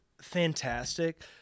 fantastic